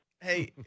Hey